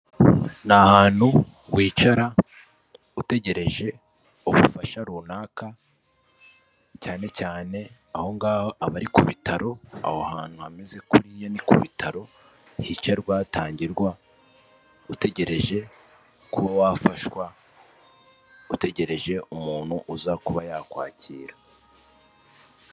Ni ahantu wicara, utegereje ubufasha runaka, cyane cyane aho ngaho aba ari ku bitaro, aho hantu hameze kuriya ni ku bitaro, hicarwa tangirwa utegereje kuba wafashwa, utegereje umuntu uza kuba yakwakira.